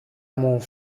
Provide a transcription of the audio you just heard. μου